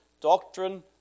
doctrine